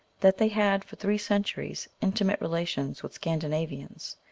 that they had for three centuries intimate relations with scandinavians,